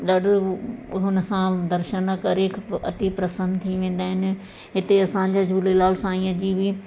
ॾाढो हुन सां दर्शन करे अति प्रसन थी वेंदा आहिनि हिते असांजे झूलेलाल साईंअ जी बि